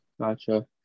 Gotcha